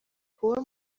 kuba